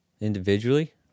individually